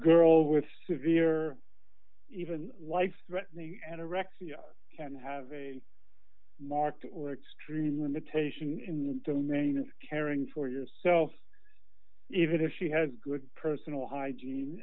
girl with severe even life threatening anorexia can have a marked or extreme limitation in the domain of caring for yourself even if she has good personal hygiene